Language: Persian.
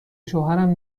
شوهرم